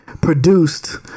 produced